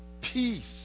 peace